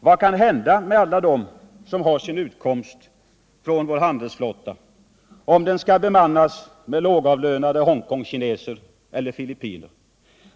Vad kan hända med alla dem som har sin utkomst från vår handelsflotta, om den skall bemannas med lågavlönade Hongkongkineser eller filippiner?